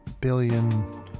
billion